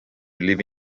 live